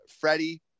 Freddie